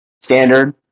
Standard